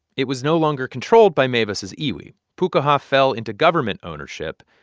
it was no longer controlled by mavis's iwi. pukaha fell into government ownership.